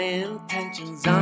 intentions